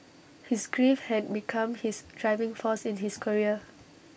his grief had become his driving force in his career